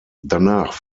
danach